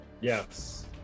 yes